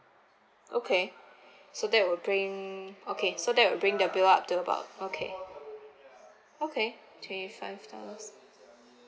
okay so that will bring okay so that will bring the bill up to about okay okay twenty five dollars